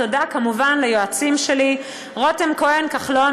ותודה כמובן ליועצים שלי: רותם כהן כחלון,